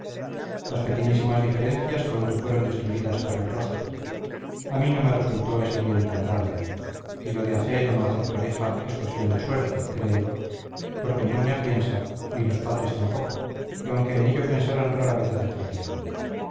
las pequeñísimas diferencias pronto fueron destruidas por el roce a mí no me resultó ese bien tan grande y lo de hacer o no hacer pareja es cuestión de suerte créelo porque ni una piensa ni los padres tampoco y aunque en ello pensaran rara vez acertarían